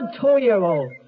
two-year-old